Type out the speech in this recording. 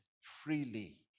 freely